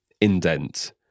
indent